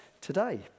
today